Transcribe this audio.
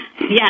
Yes